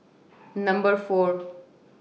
Number four